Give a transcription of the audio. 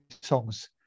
songs